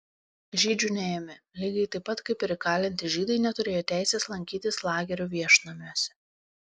žydžių neėmė lygiai taip pat kaip ir įkalinti žydai neturėjo teisės lankytis lagerių viešnamiuose